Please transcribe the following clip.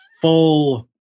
full